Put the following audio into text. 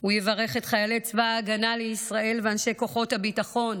הוא יברך את חיילי צבא ההגנה לישראל ואנשי כוחות הביטחון